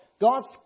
God's